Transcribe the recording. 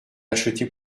acheté